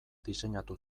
diseinatu